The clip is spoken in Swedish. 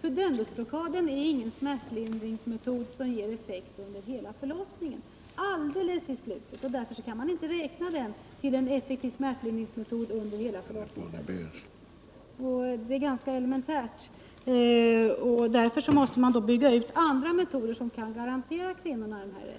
Pudendusblockaden är ingen smärtlindringsmetod som ger effekt under hela förlossningen utan alldeles i slutet. Därför kan man inte räkna den som en effektiv smärtlindring under hela förlossningen. Det är ganska elementärt. Vi måste alltså bygga ut de andra metoderna, som kan garantera kvinnorna rätten till en